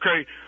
Okay